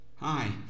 Hi